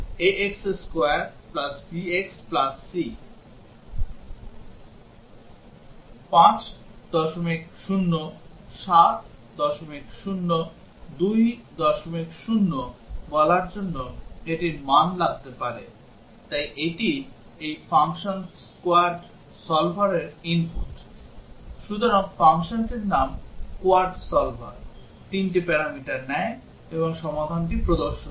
50 70 20 বলার জন্য এটির মান লাগতে পারে তাই এটি এই ফাংশন quad solverর input সুতরাং ফাংশনটির নামটি quad solver তিনটি প্যারামিটার নেয় এবং সমাধানটি প্রদর্শন করে